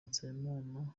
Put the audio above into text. nsabimana